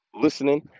listening